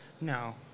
No